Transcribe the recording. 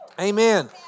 Amen